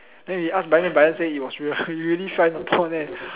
then he ask Brian then Brian say it was real he really fell in the pond eh